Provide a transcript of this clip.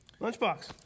Lunchbox